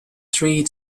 three